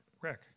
Rick